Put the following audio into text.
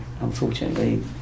unfortunately